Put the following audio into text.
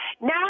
Now